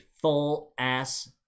full-ass